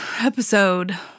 episode